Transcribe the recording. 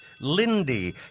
Lindy